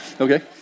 Okay